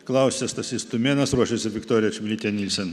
klausia stasys tumėnas ruošiasi viktorija čmilytė nilsen